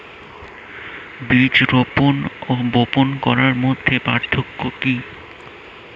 বীজ রোপন ও বপন করার মধ্যে পার্থক্য কি?